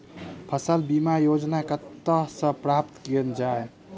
फसल बीमा योजना कतह सऽ प्राप्त कैल जाए?